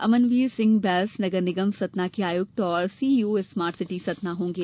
अमनवीर सिंह बैंस नगर निगम सतना के आयुक्त और सीईओ स्मार्ट सिटी सतना होंगे